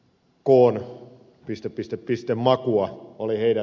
n makua oli heidän viestinsä